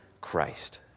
Christ